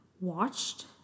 watched